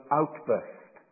outburst